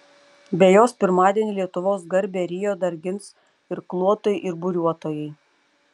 be jos pirmadienį lietuvos garbę rio dar gins irkluotojai ir buriuotojai